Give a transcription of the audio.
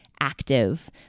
active